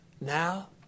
Now